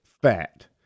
fat